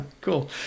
cool